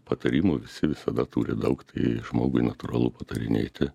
patarimų visi visada turi daug tai žmogui natūralu patarinėti